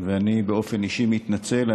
אני באופן אישי מתנצל.